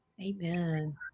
Amen